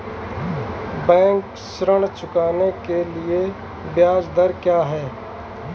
Bank ऋण चुकाने के लिए ब्याज दर क्या है?